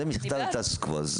זה מכתב הסטטוס קוו.